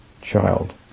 child